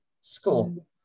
school